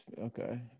okay